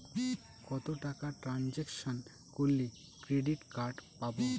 কত টাকা ট্রানজেকশন করলে ক্রেডিট কার্ড পাবো?